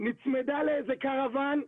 נצמדה לאיזה קראוון,